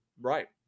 Right